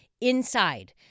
inside